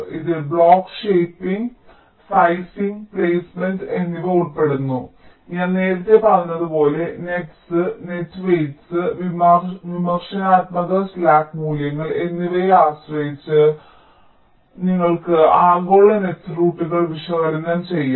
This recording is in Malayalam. ഇതിൽ ബ്ലോക്ക് ഷേപ്പിംഗ് സൈസിംഗ് പ്ലെയ്സ്മെന്റ് എന്നിവ ഉൾപ്പെടുന്നു ഞാൻ നേരത്തെ പറഞ്ഞതുപോലെ നെറ്സ് നെറ്റ് വെയിറ്റ്സ് വിമർശനാത്മകത സ്ലാക്ക് മൂല്യങ്ങൾ എന്നിവയെ ആശ്രയിച്ച് നിങ്ങൾക്ക് ആഗോള നെറ്റ് റൂട്ടുകൾ വിശകലനം ചെയ്യാം